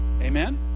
Amen